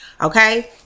Okay